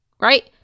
Right